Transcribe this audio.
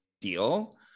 deal